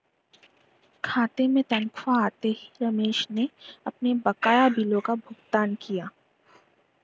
खाते में तनख्वाह आते ही रमेश ने अपने बकाया बिलों का भुगतान किया